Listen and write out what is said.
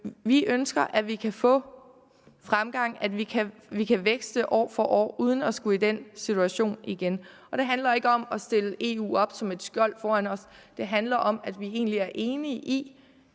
Vi ønsker, at vi kan få fremgang, at vi kan vækste år for år uden at skulle komme i den situation igen. Det handler ikke om at stille EU op som et skjold foran os. Det handler om, at vi egentlig er enige om,